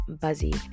Buzzy